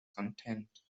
content